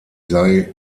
sei